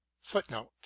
Footnote